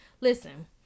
listen